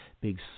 big